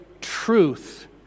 truth